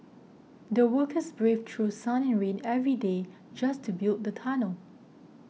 the workers braved through sun and rain every day just to build the tunnel